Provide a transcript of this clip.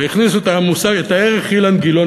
והכניסו את הערך "אילן גילאון",